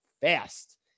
fast